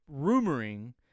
rumoring